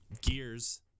Gears